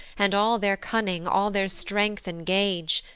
and all their cunning, all their strength engage,